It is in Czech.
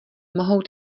mohou